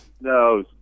No